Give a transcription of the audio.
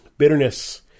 bitterness